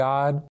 God